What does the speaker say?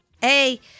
Hey